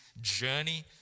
journey